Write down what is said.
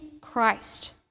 Christ